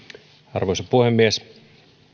arvoisa puhemies